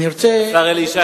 השר אלי ישי,